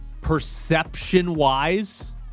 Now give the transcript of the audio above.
perception-wise